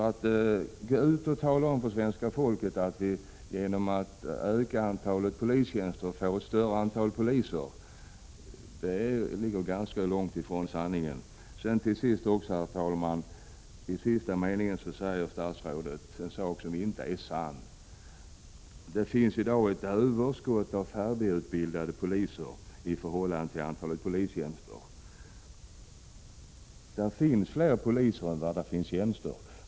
Att gå ut och tala om för svenska folket att vi genom att öka antalet polistjänster får ett större antal poliser är att ligga ganska långt från sanningen. Herr talman! I sista meningen i frågesvaret säger statsrådet en sak som inte är sann. Det finns i dag ett överskott av färdigutbildade poliser i förhållande till antalet polistjänster. Det finns flera poliser än tjänster.